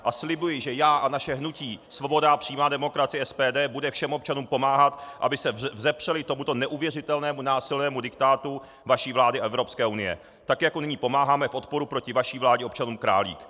A slibuji, že já a naše hnutí Svoboda a přímá demokracie, SPD, bude všem občanům pomáhat, aby se vzepřeli tomuto neuvěřitelnému násilnému diktátu vaší vlády a Evropské unie, tak jako nyní pomáháme v odporu proti vaší vládě občanům Králík.